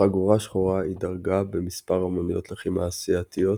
חגורה שחורה היא דרגה במספר אמנויות לחימה אסייתיות,